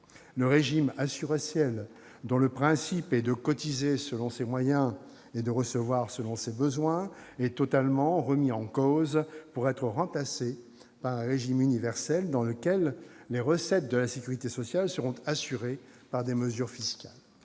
Le régime assurantiel, dont le principe est de cotiser selon ses moyens et de recevoir selon ses besoins, est totalement remis en cause pour être remplacé par un régime universel, dans lequel les recettes de la sécurité sociale seront assurées par des mesures fiscales.